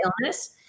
illness